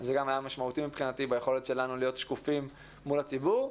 זה גם היה משמעותי מבחינתי ביכולת שלנו להיות שקופים מול הציבור.